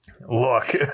Look